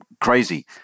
crazy